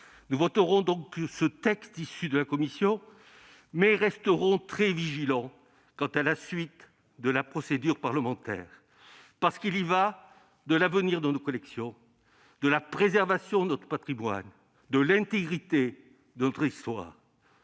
Nous voterons donc le texte issu de la commission, mais resterons très vigilants quant à la suite de la procédure parlementaire. Il y va de l'avenir de nos collections, de la préservation de notre patrimoine, de l'intégrité de notre histoire